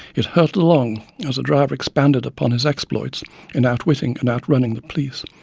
it hurtled along as the driver expanded upon his exploits in outwitting and out running the police,